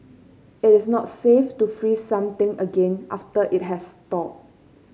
it is not safe to freeze something again after it has thawed